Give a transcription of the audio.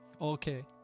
Okay